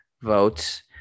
votes